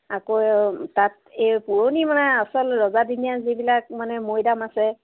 আকৌ তাত এই পুৰণি মানে আচল ৰজাদিনীয়া যিবিলাক মানে মৈদাম আছে